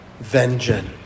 vengeance